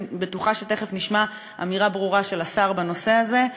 ואני בטוחה שתכף נשמע אמירה ברורה של השר בנושא הזה,